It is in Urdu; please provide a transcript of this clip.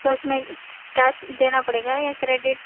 تو اِس میں کیش دینا پڑے گا یا کریڈٹ